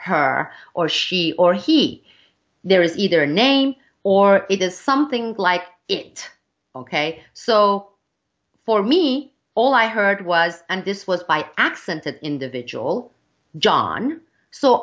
her or she or he there is either a name or it is something like it ok so for me all i heard was and this was by accent of individual john so